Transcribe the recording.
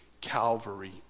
Calvary